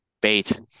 Bait